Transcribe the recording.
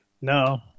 No